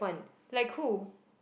like who